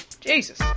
Jesus